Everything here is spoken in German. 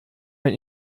ein